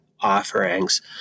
offerings